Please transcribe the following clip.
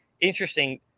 Interesting